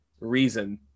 reason